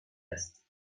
است